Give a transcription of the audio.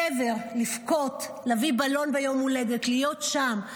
קבר לבכות בו, להביא בלון ביום ההולדת, להיות שם.